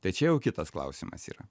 tai čia jau kitas klausimas yra